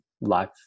life